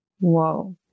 Whoa